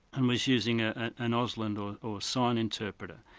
and was using ah an an auslan or or sign interpreter.